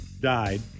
died